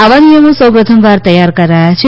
આવા નિયમો સૌ પ્રથમવાર તૈયાર કરાયા છે